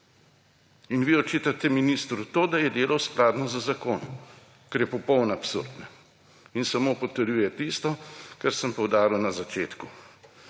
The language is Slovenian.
In vi očitate ministru to, da je delal skladno z zakonom, kar je popoln absurd in samo potrjuje tisto, kar sem poudaril na začetku.